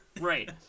Right